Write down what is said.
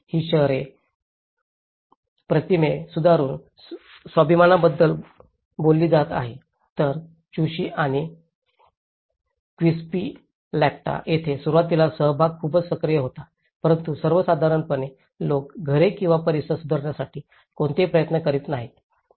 म्हणूनच ही शहरी प्रतिमे सुधारून स्वाभिमानाबद्दल बोलली जात आहे तर चुशी आणि क्विस्पिलॅक्टा येथे सुरुवातीला सहभाग खूपच सक्रिय होता परंतु सर्वसाधारणपणे लोक घरे किंवा परिसर सुधारण्यासाठी कोणतेही प्रयत्न करीत नाहीत